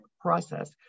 process